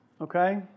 Okay